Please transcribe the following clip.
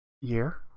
Year